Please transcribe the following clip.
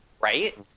right